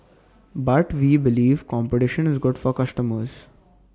but we believe competition is good for customers